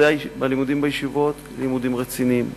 הלימודים בישיבות הם לימודים רציניים,